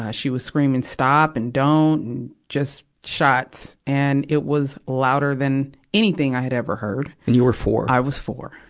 she was screaming, stop, and don't. and, just shots. and it was louder than anything i had ever heard. and you were four? i was four.